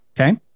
Okay